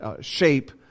shape